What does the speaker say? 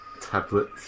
tablets